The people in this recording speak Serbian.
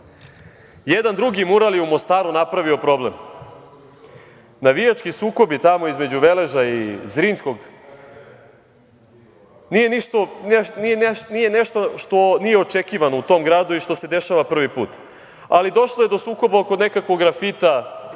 jedan drugi mural u Mostaru napravio problem. Navijački sukobi tamo između Veleža i Zrinjskog nije nešto što nije očekivano u tom gradu i što se dešava prvi put, ali došlo je do sukoba oko nekakvog grafita